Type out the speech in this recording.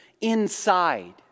inside